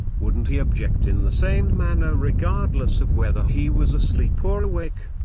wouldn't he object in the same manner regardless of whether he was asleep or awake?